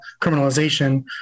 criminalization